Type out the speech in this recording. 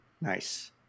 nice